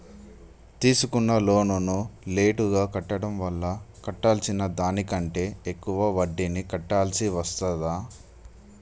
తీసుకున్న లోనును లేటుగా కట్టడం వల్ల కట్టాల్సిన దానికంటే ఎక్కువ వడ్డీని కట్టాల్సి వస్తదా?